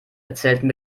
erzählten